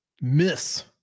miss